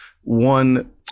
one